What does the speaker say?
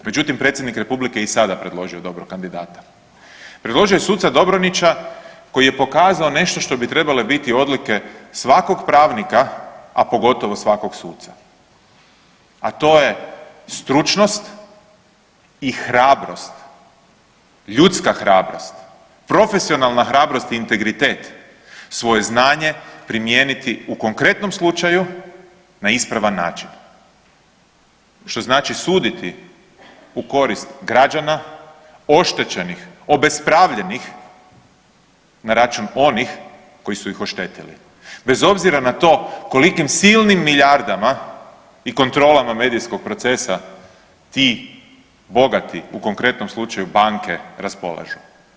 Međutim, predsjednik Republike je i sada predložio dobrog kandidata, predložio je suca Dobronića koji je pokazao nešto što bi trebale biti odlike svakog pravnika, a pogotovo svakog suca, a to je stručnost i hrabrost, ljudska hrabrost, profesionalna hrabrost i integritet svoje znanje primijeniti u konkretnom slučaju na ispravan način, što znači suditi u korist građana oštećenih, obespravljenih na račun onih koji su ih oštetili, bez obzira na to kolikim silnim milijardama i kontrolama medijskog procesa ti bogati u konkretnom slučaju banke raspolažu.